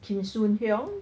kim soo hyun